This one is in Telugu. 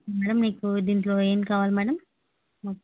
మేడమ్ మీకు దీంట్లో ఏం కావాలి మేడమ్